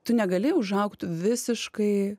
tu negali užaugt visiškai